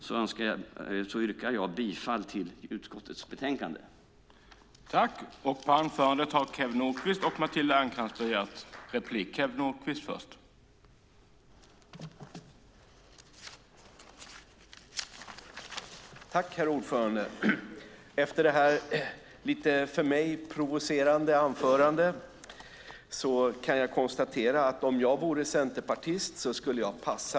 Med detta yrkar jag bifall till utskottets förslag i betänkandet.